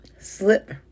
slip